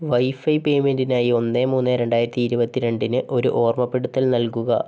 wifi പേയ്മെൻ്റിനായി ഒന്ന് മൂന്ന് രണ്ടായിരത്തി ഇരുപത്തി രണ്ടിന് ഒരു ഓർമ്മപ്പെടുത്തൽ നൽകുക